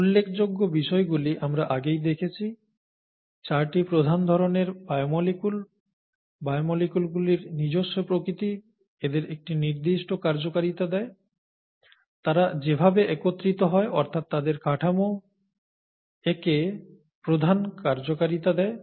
উল্লেখযোগ্য বিষয়গুলি আমরা আগেই দেখেছি 4টি প্রধান ধরনের বায়োমলিকুল বায়োমলিকুলগুলির নিজস্ব প্রকৃতি এদের একটি নির্দিষ্ট কার্যকারিতা দেয় তারা যেভাবে একত্রিত হয় অর্থাৎ তাদের কাঠামো একে প্রধান কার্যকারিতা দেয়